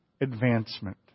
advancement